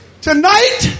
Tonight